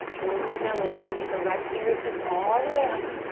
inhale in, reach the right fingertips all the way up.